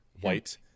white